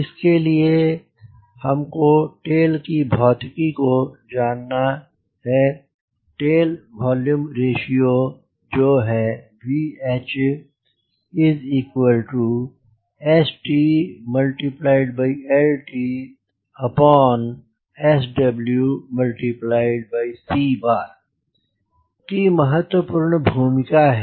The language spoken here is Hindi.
इसके लिए हमको टेल की भौतिकी को जानना है टेल वोल्यूम रेश्यो जो है VHStltSwc की महत्वपूर्ण भूमिका है